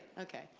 okay.